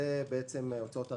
זה הוצאות הריבית.